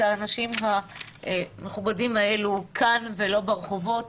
האנשים המכובדים האלו כאן ולא ברחובות,